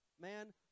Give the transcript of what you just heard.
Man